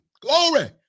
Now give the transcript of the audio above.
Glory